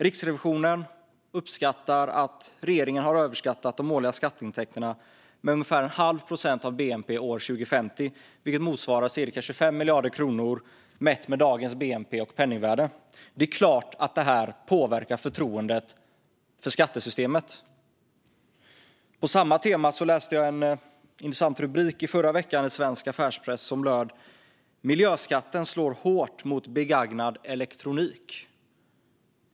Riksrevisionen uppskattar att regeringen har överskattat de årliga skatteintäkterna med ungefär en halv procent av bnp 2050, vilket motsvarar cirka 25 miljarder kronor mätt med dagens bnp och penningvärde. Det är klart att detta påverkar förtroendet för skattesystemet. Jag läste en intressant rubrik på samma tema i svensk affärspress förra veckan: "Miljöskatten slår hårt mot begagnad elektronik.